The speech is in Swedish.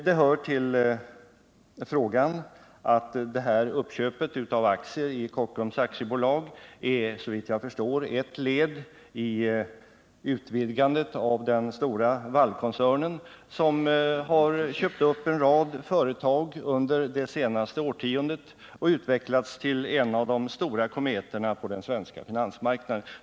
Det hör till frågan att detta uppköp av aktier i Kockums AB såvitt jag förstår är ett led i utvidgandet av den stora Wallkoncernen, som under det senaste årtiondet köpt upp en rad företag och utvecklats till en av de stora kometerna på den svenska finansmarknaden.